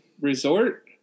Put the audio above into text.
Resort